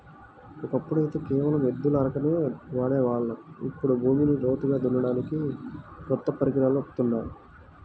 ఒకప్పుడైతే కేవలం ఎద్దుల అరకనే వాడే వాళ్ళం, ఇప్పుడు భూమిని లోతుగా దున్నడానికి కొత్త పరికరాలు వత్తున్నాయి